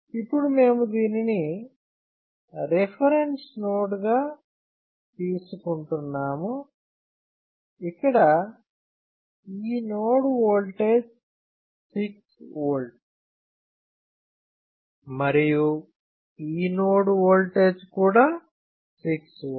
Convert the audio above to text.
ఇప్పుడు మేము దీనిని రిఫరెన్స్ నోడ్గా తీసుకుంటున్నాము ఇక్కడ ఈ నోడ్ ఓల్టేజ్ 6V మరియు ఈ నోడ్ ఓల్టేజ్ కూడా 6V